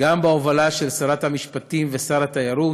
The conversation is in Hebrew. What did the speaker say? גם בהובלה של שרת המשפטים ושר התיירות.